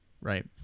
Right